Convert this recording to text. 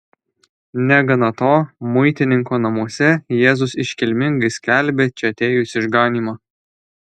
negana to muitininko namuose jėzus iškilmingai skelbia čia atėjus išganymą